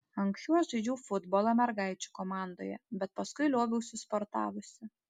anksčiau aš žaidžiau futbolą mergaičių komandoje bet paskui lioviausi sportavusi